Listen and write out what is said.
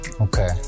Okay